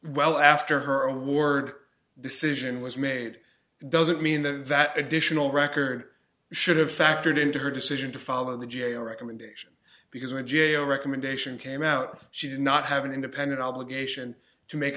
well after her own board decision was made doesn't mean that that additional record should have factored into her decision to follow the g a o recommendation because when g a o recommendation came out she did not have an independent obligation to make